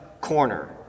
corner